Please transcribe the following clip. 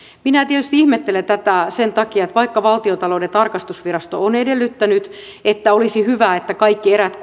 minä tietysti ihmettelen tätä sen takia että vaikka valtiontalouden tarkastusvirasto on edellyttänyt että olisi hyvä että kaikki erät